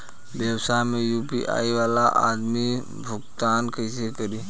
व्यवसाय में यू.पी.आई वाला आदमी भुगतान कइसे करीं?